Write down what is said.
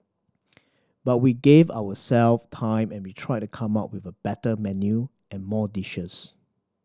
but we gave our self time and we tried to come up with a better menu and more dishes